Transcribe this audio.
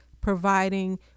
providing